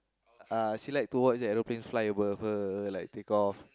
uh she like to watch aeroplanes fly over her like take off